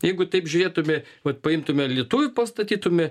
jeigu taip žiūrėtume vat paimtume lietuvį pastatytume